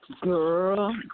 Girl